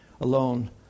alone